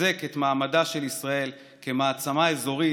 יחזק את מעמדה של ישראל כמעצמה אזורית,